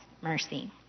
mercy